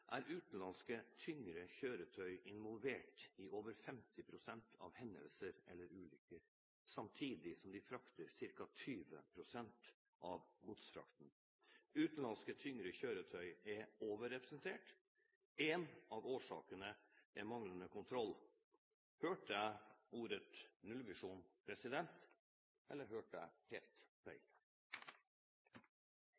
er utenlandske tyngre kjøretøy involvert i over 50 pst. av hendelser eller ulykker, samtidig som de står for ca. 20 pst. av godsfrakten. Utenlandske tyngre kjøretøy er overrepresentert. En av årsakene er manglende kontroll. Hørte jeg ordet «nullvisjon», eller hørte jeg helt